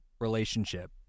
relationship